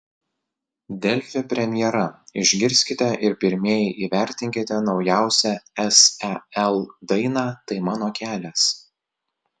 delfi premjera išgirskite ir pirmieji įvertinkite naujausią sel dainą tai mano kelias